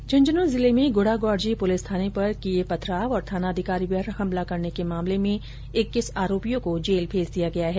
झुंझनू जिले में गुढ़ागौडजी पुलिस थाने पर किये पथराव और थानाधिकारी पर हमला करने के मामले में इक्कीस आरोपियों को जेल भेज दिया गया है